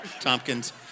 Tompkins